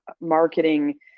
marketing